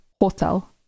Hotel